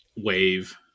Wave